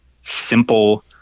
simple